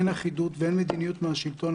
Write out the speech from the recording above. אין אחידות ואין מדיניות מהשלטון.